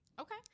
Okay